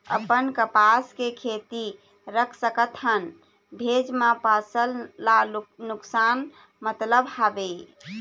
अपन कपास के खेती रख सकत हन भेजे मा फसल ला नुकसान मतलब हावे?